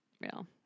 real